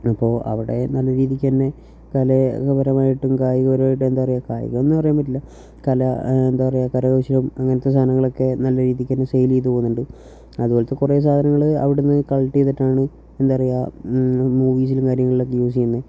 അപ്പോൾ അവിടെ നല്ല രീതിക്കുതന്നെ കലാപരമായിട്ടും കായികപരമായിട്ടും എന്താ പറയുക കായികം എന്നു പറയാൻ പറ്റില്ല കല എന്താ പറയുക കരകൗശലം അങ്ങനത്തെ സാധനങ്ങളൊക്കെ നല്ല രീതിയ്ക്ക് തന്നെ സെയ്ല് ചെയ്തു പോകുന്നുണ്ട് അതുപോലത്തെ കുറേ സാധനങ്ങൾ അവിടെനിന്ന് കളക്ട് ചെയ്തിട്ടാണ് എന്താ പറയുക മൂവീസിലും കാര്യങ്ങളിലൊക്കെ യൂസ് ചെയ്യുന്നത്